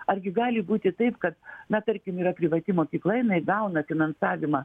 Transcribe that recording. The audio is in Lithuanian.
argi gali būti taip kad na tarkim yra privati mokykla jinai gauna finansavimą